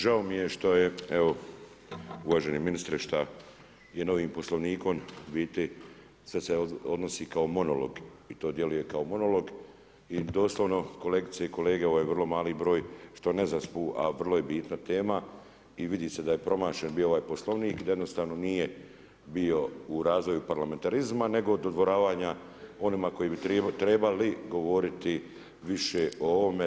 Žao mi je što je evo uvaženi ministre, šta je novim Poslovnikom u biti sve se odnosi kao monolog i to djeluje kao monolog i doslovno kolegice i kolege, ovo je vrlo mali broj što ne zaspu a vrlo je bitna tema i vidi se da je promašen bio ovaj Poslovnik i da jednostavno nije bio u razvoju parlamentarizma nego dodvoravanja onima koji bi trebali govoriti više o ovome.